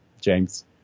James